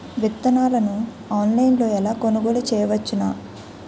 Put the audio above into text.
విత్తనాలను ఆన్లైన్లో ఎలా కొనుగోలు చేయవచ్చున?